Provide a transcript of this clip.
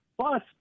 Plus